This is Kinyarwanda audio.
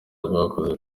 rwakoze